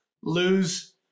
lose